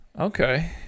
Okay